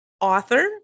author